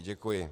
Děkuji.